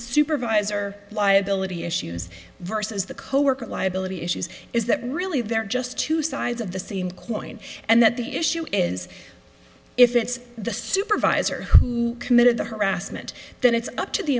supervisor liability issues versus the coworker liability issues is that really they're just two sides of the same coin and that the issue is if it's the supervisor who committed the harassment then it's up to the